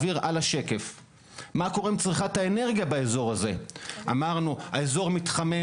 מה קורה עם צריכת האנרגיה באזור הזה - האזור מתחמם,